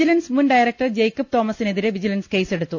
vigilance മുൻ director Jacob തോമസിനെതിരെ vigilance കേസെടുത്തു